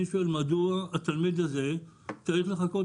אני שואל מדוע התלמיד הזה צריך לחכות